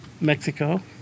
Mexico